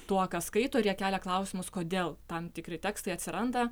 tuo ką skaito ir jie kelia klausimus kodėl tam tikri tekstai atsiranda